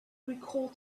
recalled